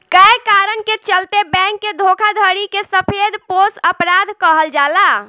कए कारण के चलते बैंक के धोखाधड़ी के सफेदपोश अपराध कहल जाला